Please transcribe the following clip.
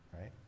right